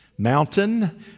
Mountain